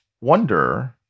wonder